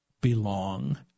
belong